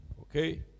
okay